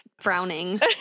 frowning